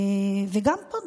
וגם פה,